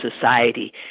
society